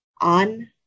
on